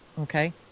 Okay